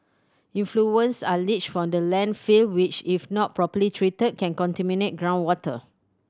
effluents are leached from the landfill which if not properly treated can contaminate groundwater